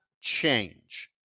change